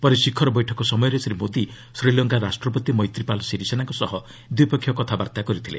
ପରେ ଶିଖର ବୈଠକ ସମୟରେ ଶ୍ରୀ ମୋଦି ଶ୍ରୀଲଙ୍କା ରାଷ୍ଟ୍ରପତି ମୈତ୍ରୀପାଳ ଶିରିସେନାଙ୍କ ସହ ଦ୍ୱିପକ୍ଷୀୟ କଥାବାର୍ତ୍ତା କରିଥିଲେ